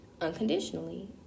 unconditionally